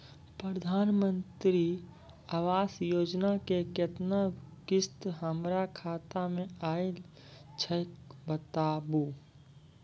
प्रधानमंत्री मंत्री आवास योजना के केतना किस्त हमर खाता मे आयल छै बताबू?